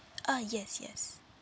ah yes yes